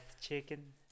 chicken